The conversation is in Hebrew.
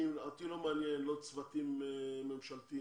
שאותי לא מעניין צוותים ממשלתיים.